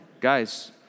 guys